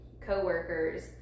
coworkers